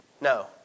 No